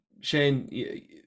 Shane